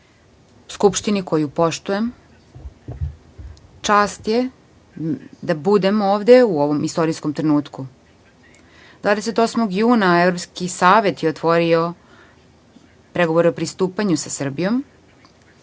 Skupštini koju poštujem. Čast je da budem ovde u ovom istorijskom trenutku. Dvadeset i osmog juna Evropski savet je otvorio pregovore o pristupanju sa Srbijom.